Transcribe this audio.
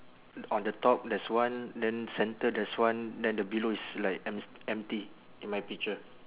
on the top there's one then center there's one then the below is like emp~ empty in my picture